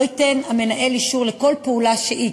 לא ייתן המנהל אישור לכל פעולה שהיא,